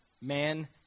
Man